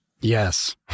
Yes